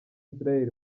israel